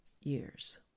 years